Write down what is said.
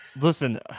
Listen